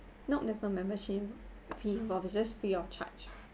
nope there's no membership fee involved it's just free of charge